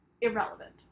irrelevant